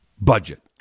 budget